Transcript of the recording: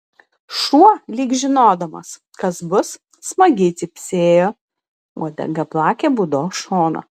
šuo lyg žinodamas kas bus smagiai cypsėjo uodega plakė būdos šoną